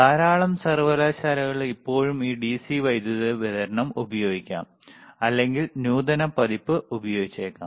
ധാരാളം സർവകലാശാലകൾ ഇപ്പോഴും ഈ ഡിസി വൈദ്യുതി വിതരണം ഉപയോഗിക്കാം അല്ലെങ്കിൽ നൂതന പതിപ്പ് ഉപയോഗിച്ചേക്കാം